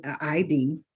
ID